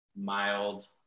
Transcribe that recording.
mild